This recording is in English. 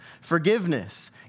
Forgiveness